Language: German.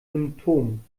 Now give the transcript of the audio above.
symptomen